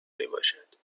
میباشد